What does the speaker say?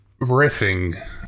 Riffing